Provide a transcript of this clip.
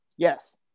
Yes